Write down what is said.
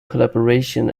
collaboration